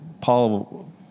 Paul